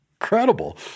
incredible